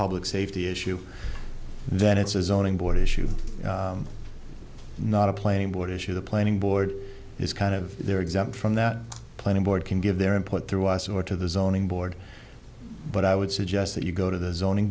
public safety issue then it's a zoning board issue not a plane board issue the planning board is kind of they're exempt from that planning board can give their input through us or to the zoning board but i would suggest that you go to the zoning